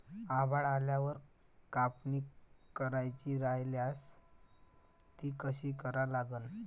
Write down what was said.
आभाळ आल्यावर कापनी करायची राह्यल्यास ती कशी करा लागन?